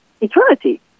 eternity